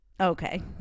Okay